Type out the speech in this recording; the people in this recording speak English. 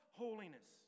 holiness